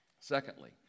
Secondly